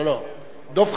דב חנין,